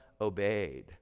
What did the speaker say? obeyed